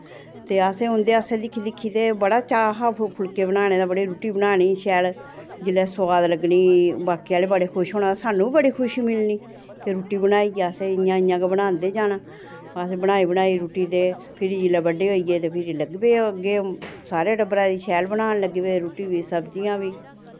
ते असें उं'दे आस्सै दिक्खी दिक्खी ते बड़ा चाऽ हा फुल्के बनाने दा बड़ी रुट्टी बनानी शैल जिसलै सोआद लग्गने बाकी आह्ले बड़े खुश होना सानूं बी बड़ी खुशी मिलनी केह् रुट्टी बनाइयै असें इ'यां इ'यां गै बनांदे जाना अस बनाई बनाई रुट्टी ते फिर जिसलै बड्डे होइयै ते फिर लग्गी पे अग्गें सारे टब्बरै दी शैल बनान लग्गी पे रुट्टी बा सब्जियां बी